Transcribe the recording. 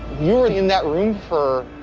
more in that room for